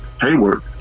Hayward